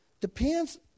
depends